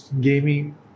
gaming